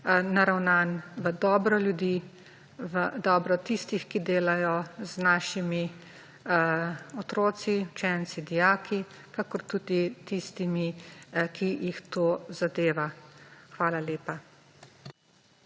naravnan v dobro ljudi, v dobro tistih, ki delajo z našimi otroci, učenci, dijaki, kakor tudi tistimi, ki jih to zadeva. Hvala lepa.